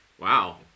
Wow